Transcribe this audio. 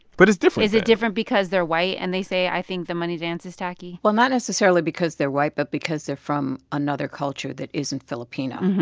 but it's different then is it different because they're white and they say i think the money dance is tacky? well not necessarily because they're white but because they're from another culture that isn't filipino.